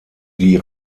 die